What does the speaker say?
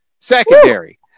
Secondary